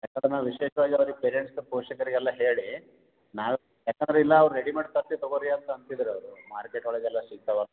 ಯಾಕಂದ್ರೆ ನಾವು ವಿಶೇಷವಾಗಿ ಅವ್ರಿಗೆ ಪೇರೆಂಟ್ಸ್ ಪೋಷಕರಿಗೆಲ್ಲ ಹೇಳಿ ನಾವೇ ಯಾಕಂದ್ರೆ ಇಲ್ಲ ಅವ್ರು ರೆಡಿಮೇಡ್ ತರ್ತೀವಿ ತೊಗೊಳಿ ಅಂತ ಅಂತಿದ್ರು ಅವರು ಮಾರ್ಕೆಟ್ ಒಳಗೆಲ್ಲ ಸಿಕ್ತಾವಲ್ಲ